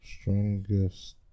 Strongest